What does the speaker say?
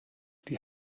die